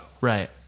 Right